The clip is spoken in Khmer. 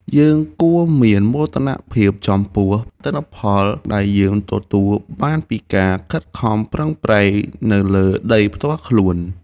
យើងគួរមានមោទនភាពចំពោះទិន្នផលដែលយើងទទួលបានពីការខិតខំប្រឹងប្រែងនៅលើដីផ្ទាល់ខ្លួន។